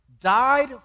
died